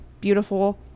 Beautiful